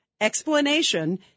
explanation